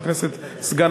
סגן